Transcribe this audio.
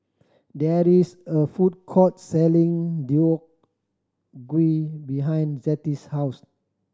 there is a food court selling Deodeok Gui behind Zettie's house